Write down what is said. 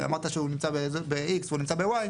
ואמרת שהוא נמצא ב-x והוא בעצם נמצא ב-y,